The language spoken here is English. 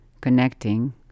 Connecting